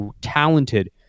talented